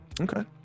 Okay